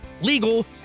legal